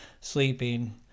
sleeping